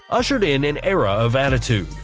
ushered in an era of attitude.